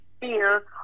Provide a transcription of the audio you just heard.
fear